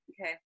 Okay